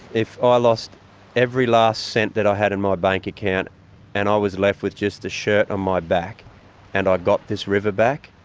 if ah i lost every last cent that i had in my bank account and i was left with just the shirt on my back and i got this river back,